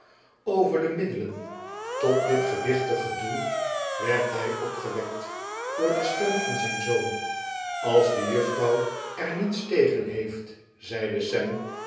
mymering overde middelen tot dit gewichtige doel werd hy opgewekt door de stem van zyn zoon als de juffrouw er niets tegen heeft zeide sam